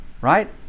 right